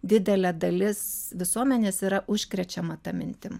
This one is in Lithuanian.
didelė dalis visuomenės yra užkrečiama ta mintim